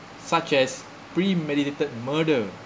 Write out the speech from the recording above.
such as premeditated murder